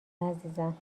عزیزم